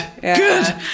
Good